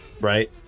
right